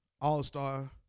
all-star